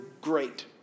Great